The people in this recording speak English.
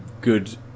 good